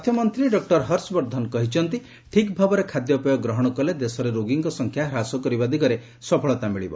ଇଟ୍ right Mela ସ୍ୱାସ୍ଥ୍ୟମନ୍ତ୍ରୀ doctor Harsh Vardhan କହିଛନ୍ତି ଠିକ୍ ଭାବରେ ଖାଦ୍ୟପେୟ ଗ୍ରହଣ କଲେ ଦେଶରେ ରୋଗୀଙ୍କ ସଂଖ୍ୟା ହ୍ରାସ କରିବା ଦିଗରେ ସଫଳତା ମିଳିବ